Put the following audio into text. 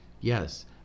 yes